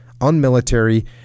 unmilitary